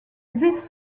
this